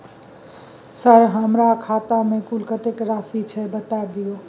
Sir हमरा खाता में कुल कत्ते राशि छै बता दिय?